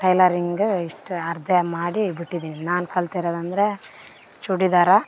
tailoring ಇಷ್ಟು ಅರ್ಧ ಮಾಡಿ ಬಿಟ್ಟಿದೀನಿ ನಾನು ಕಲ್ತಿರೋದಂದರೆ ಚೂಡಿದಾರ